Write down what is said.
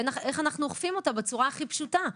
איך אנחנו אוכפים אותה בצורה הכי פשוטה.